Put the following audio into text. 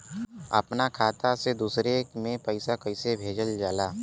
अपना खाता से दूसरा में पैसा कईसे भेजल जाला?